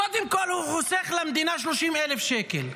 קודם כול הוא חוסך למדינה 30,000 שקל.